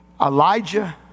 Elijah